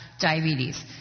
diabetes